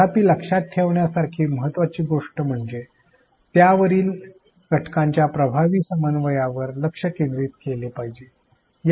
तथापि लक्षात ठेवण्यासारखी महत्त्वाची गोष्ट म्हणजे त्यावरील घटकांच्या प्रभावी समन्वयावर लक्ष केंद्रित केले पाहिजे